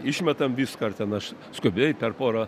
išmetam viską ar ten aš skubiai per porą